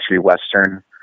Western